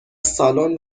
سالن